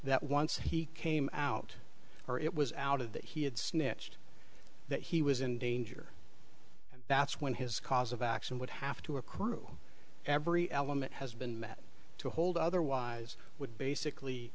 that once he came out or it was out of that he had snatched that he was in danger and that's when his cause of action would have to accrue every element has been met to hold otherwise would basically